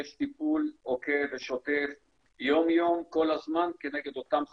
יש טיפול עוקב ושוטף יום יום כל הזמן כנגד אותן חבורות,